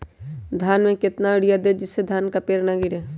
धान में कितना यूरिया दे जिससे धान का पेड़ ना गिरे?